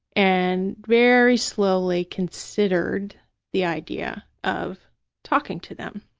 and very slowly considered the idea of talking to them.